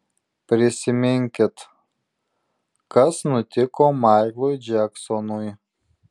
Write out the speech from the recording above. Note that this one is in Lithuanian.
prisiminkit kas nutiko maiklui džeksonui